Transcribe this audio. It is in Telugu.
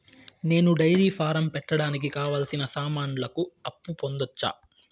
నేను డైరీ ఫారం పెట్టడానికి కావాల్సిన సామాన్లకు అప్పు పొందొచ్చా?